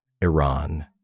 Iran